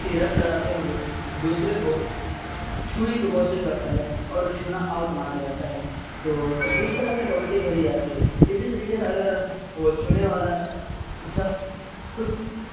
کی رٹ لگاتے ہوئے دوسرے کو چھونے کی کوشش کرتا ہے اور وہ چھونا آؤٹ مانا جاتا ہے تو اس طرح سے کبڈی کھیلی جاتی ہے اسی طریقے سے اگر وہ چھونے والا شخص خود